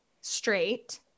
straight